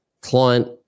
client